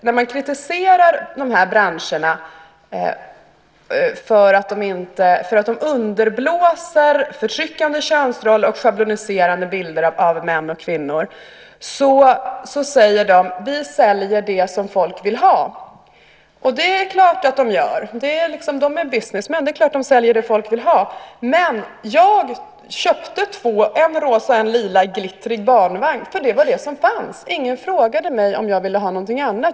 När man kritiserar branscherna för att de underblåser förtryckande könsroller och schabloniserande bilder av män och kvinnor säger de: Vi säljer det som folk vill ha. Det är klart att de gör. De är businessmen . Det är klart att de säljer det folk vill ha. Jag köpte en rosa och en lilaglittrig dockvagn, för det var vad som fanns. Ingen frågade mig om jag ville ha någonting annat.